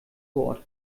wort